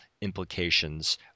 implications